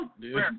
dude